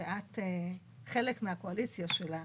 שאת חלק מהקואליציה שלה,